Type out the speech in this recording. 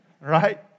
Right